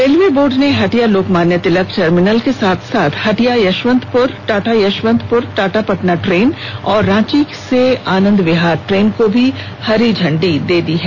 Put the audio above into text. railway board ने Hatia Lokmanya Tilak terminal के साथ साथ हटिया यशवंतपुर टाटा यशवंतपुर टाटा पटना ट्रेन और रांची से आनंदविहार ट्रेन को भी हरी झंडी दे दी है